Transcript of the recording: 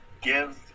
Give